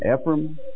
Ephraim